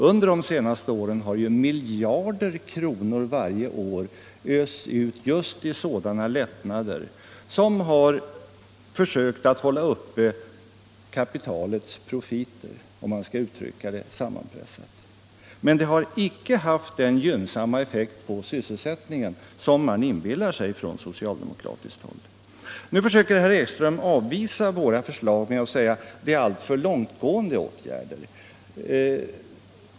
Under de senaste åren har ju miljarder kronor varje år östs ut just till sådana lättnader som kunnat hålla uppe kapitalets profiter, om man skall uttrycka det sammanpressat, men detta har icke haft den gynnsamma effekt på sysselsättningen som man inbillar sig från socialdemokratiskt håll. Nu försöker herr Ekström avvisa våra förslag med att de skulle innebära alltför långtgående åtgärder.